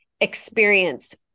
experience